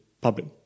public